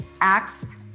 acts